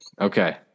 Okay